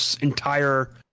entire